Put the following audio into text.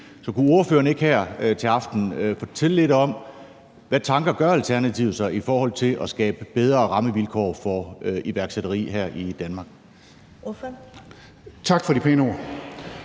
så kunne ordføreren ikke her til aften fortælle lidt om, hvad tanker Alternativet gør sig i forhold til at skabe bedre rammevilkår for iværksætteri her i Danmark?